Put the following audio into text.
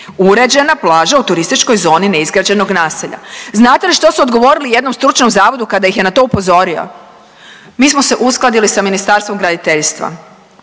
uređena plaža u turističkoj zoni neizgrađenog naselja. Znate li što su odgovorili jednom stručnom zavodu kada ih je na to upozorio? Mi smo se uskladili s Ministarstvom graditeljstva,